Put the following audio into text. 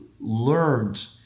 learned